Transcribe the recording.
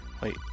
wait